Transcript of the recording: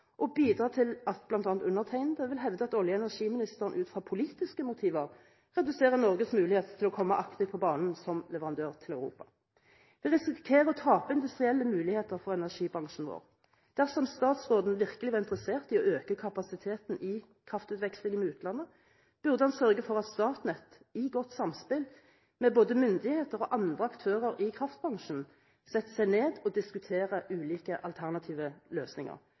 bidra til at bl.a. undertegnede vil hevde at olje- og energiministeren ut fra politiske motiver reduserer Norges mulighet til å komme aktivt på banen som leverandør til Europa. Vi risikerer å tape industrielle muligheter for energibransjen vår. Dersom statsråden virkelig var interessert i å øke kapasiteten i kraftutvekslingen med utlandet, burde han sørge for at Statnett i godt samspill med både myndigheter og andre aktører i kraftbransjen setter seg ned og diskuterer ulike alternative løsninger.